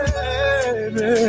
baby